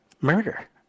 murder